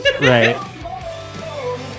Right